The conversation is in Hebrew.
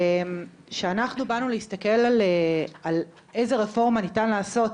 שאנחנו באנו להסתכל על איזה רפורמה ניתן לעשות,